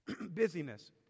Busyness